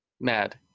Mad